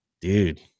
dude